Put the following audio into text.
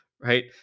right